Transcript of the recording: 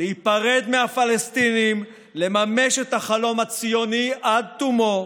להיפרד מהפלסטינים, לממש את החלום הציוני עד תומו,